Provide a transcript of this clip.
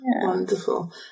wonderful